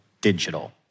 digital